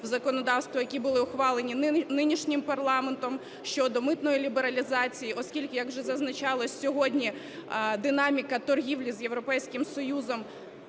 законодавство, які були ухвалені нинішнім парламентом, щодо митної лібералізації, оскільки, як вже зазначалося, сьогодні динаміка торгівлі з Європейським Союзом